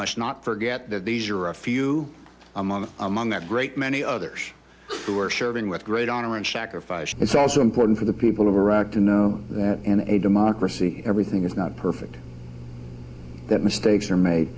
must not forget that these are a few among among that great many others who are serving with great honor and sacrifice it's also important for the people of iraq to know that in a democracy everything is not perfect that mistakes are made